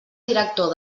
director